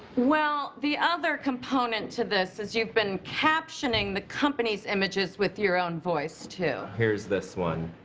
well, the other component to this is you've been captioning the company's images with your own voice too. here's this one.